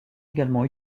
également